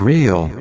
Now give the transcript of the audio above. Real